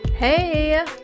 Hey